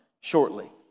shortly